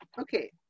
okay